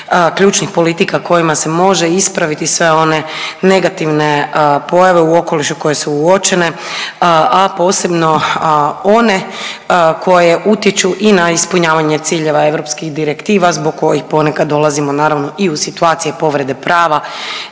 ključnih politika kojima se može ispraviti sve one negativne pojave u okolišu koje su uočene, a posebno one koje utječu i na ispunjavanje ciljeva europskih direktiva zbog kojih ponekad dolazimo naravno i u situacije povrede prava,